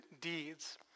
deeds